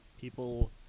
people